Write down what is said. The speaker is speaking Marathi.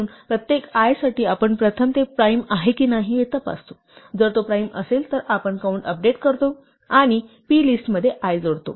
म्हणून प्रत्येक i साठी आपण प्रथम ते प्राइम आहे की नाही ते तपासतो जर तो प्राइम असेल तर आपण काउंट अपडेट करतो आणि plist मध्ये i जोडतो